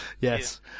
Yes